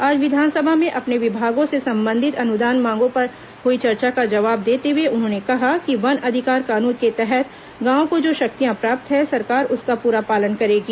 आज विधानसभा में अपने विभागों से संबंधित अनुदान मांगों पर हुई चर्चा का जवाब देते हुए उन्होंने कहा कि वन अधिकार कानून के तहत गांवों को जो शक्तियां प्राप्त है सरकार उसका पूरा पालन करेगी